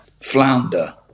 flounder